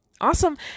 Awesome